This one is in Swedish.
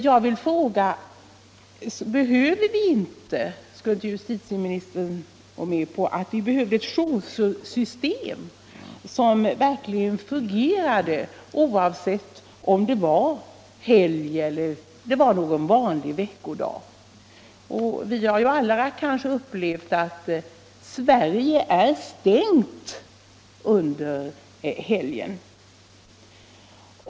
Jag vill fråga: Skulle inte justitieministern kunna gå med på att vi behöver ett joursystem som verkligen fungerar, oavsett om det är helgdag eller en vanlig vardag? Vi har kanske alla upplevt att ”Sverige är stängt” under helger.